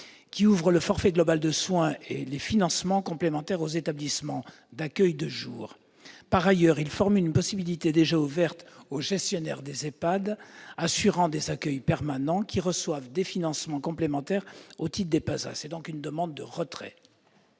qui ouvre le forfait global de soins et les financements complémentaires aux établissements d'accueil de jour. Par ailleurs, il formule une possibilité déjà ouverte aux gestionnaires des EHPAD assurant des accueils permanents, qui reçoivent des financements complémentaires au titre des PASA. La commission demande le retrait